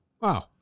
wow